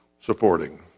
supporting